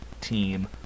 team